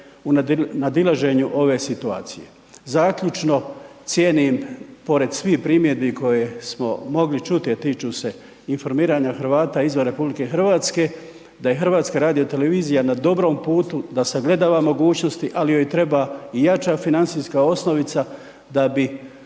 u nadilaženju ove situacije. Zaključno, cijenim pored svih primjedbi koje smo mogli čuti, a tiču se informiranja Hrvata izvan RH, da je HRT na dobrom putu, da sagledava mogućnosti, ali joj treba i jača financijska osnovica da bi